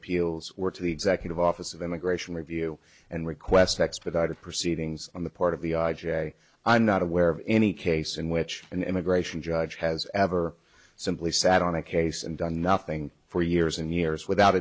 appeals work to the executive office of immigration review and request expedited proceedings on the part of the i j a i'm not aware of any case in which an immigration judge has ever simply sat on a case and done nothing for years and years without